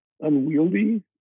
Unwieldy